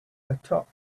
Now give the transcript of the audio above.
atop